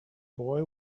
boy